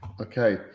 okay